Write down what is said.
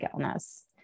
illness